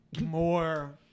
more